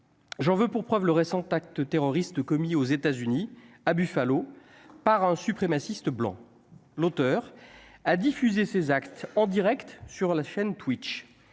j'en veux pour preuve : le récent acte terroriste commis aux États-Unis, à Buffalo par un suprémaciste blanc, l'auteur a diffuser ses actes en Direct sur la chaîne t'which